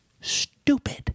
Stupid